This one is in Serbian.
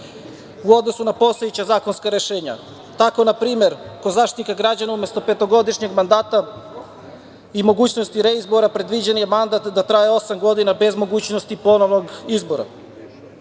u odnosu na postojeća zakonska rešenja. Tako, na primer, kod Zaštitnika građana, umesto petogodišnjeg mandata i mogućnosti reizbora, predviđen je mandat da traje osam godina bez mogućnosti ponovnog izbora.